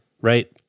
right